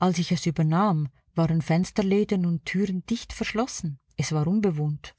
als ich es übernahm waren fensterläden und türen dicht verschlossen es war unbewohnt